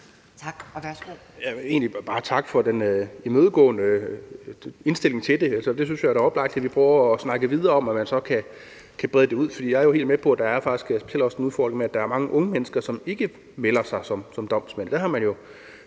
takke for den imødekommende indstilling til det. Jeg synes da, det er oplagt, at vi prøver at snakke videre om, at man så kan brede det ud. For jeg er jo helt med på, at der faktisk også er en udfordring med, at specielt mange unge mennesker ikke melder sig som domsmænd.